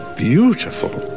beautiful